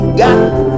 got